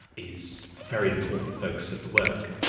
is a very important focus of the work.